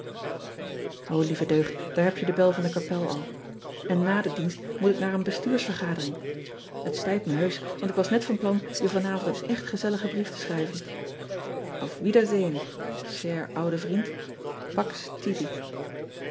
lieve deugd daar heb je de be van de kapel al n na den dienst moet ik naar een bestuursvergadering et spijt me heusch want ik was net van plan je vanavond een echt gezelligen brief te schrijven uf iedersehen her oude vriend